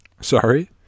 Sorry